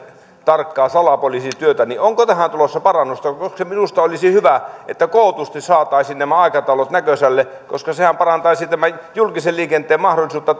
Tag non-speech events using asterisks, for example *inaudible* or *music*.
tarkkaa salapoliisityötä onko tähän tulossa parannusta minusta olisi hyvä että kootusti saataisiin nämä aikataulut näkösälle koska sehän parantaisi tämän julkisen liikenteen mahdollisuutta *unintelligible*